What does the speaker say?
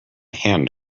hand